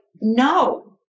no